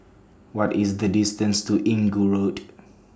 What IS The distance to Inggu Road